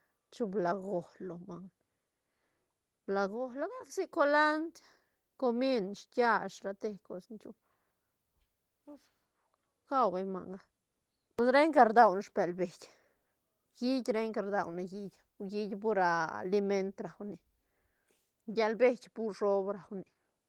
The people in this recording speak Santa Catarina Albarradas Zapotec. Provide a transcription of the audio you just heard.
Chu blajo lo manga, blajo la gac sic colandr, comín, shiit kiash rate cos ni chu gau beñ manga pus renga radua ne sbel beit hiit renca rdaune hiit hui hiit pur liment rua nic llal beit pur shob rau nic.